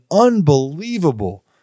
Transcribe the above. unbelievable